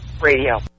Radio